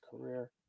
career